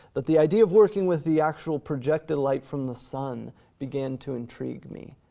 that the idea of working with the actual projected light from the sun began to intrigue me.